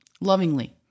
Lovingly